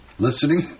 listening